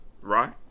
right